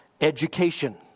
education